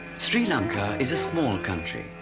sri lanka is a small country,